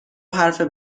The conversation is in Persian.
حرف